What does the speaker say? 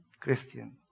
Christian